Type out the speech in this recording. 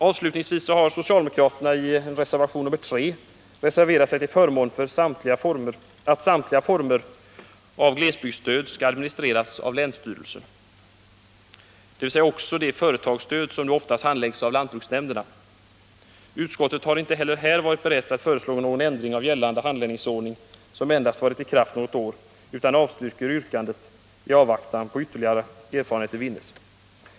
Avslutningsvis har socialdemokraterna i reservation 3 reserverat sig till förmån för att samtliga former av glesbygdsstöd skall administreras av länsstyrelsen, dvs. också det företagsstöd som nu oftast handläggs av lantbruksnämnderna. Utskottet har inte heller här varit berett att föreslå någon ändring av gällande handläggningsordning som endast varit i kraft något år, utan avstyrker yrkandet i avvaktan på att ytterligare erfarenheter vinnes.